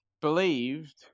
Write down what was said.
believed